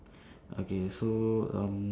okay so um